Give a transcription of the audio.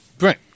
Right